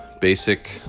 basic